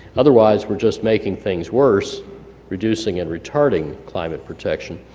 otherwise, we're just making things worse reducing and retarding climate protection.